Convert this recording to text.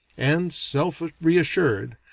and, self-reassured,